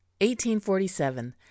1847